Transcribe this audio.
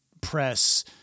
press